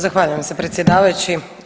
Zahvaljujem se predsjedavajući.